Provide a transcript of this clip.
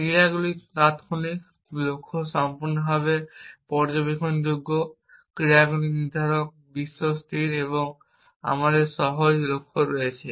ক্রিয়াগুলি তাত্ক্ষণিক লক্ষ্য সম্পূর্ণরূপে পর্যবেক্ষণযোগ্য ক্রিয়াগুলি নির্ধারক বিশ্ব স্থির এবং আমাদের সহজ লক্ষ্য রয়েছে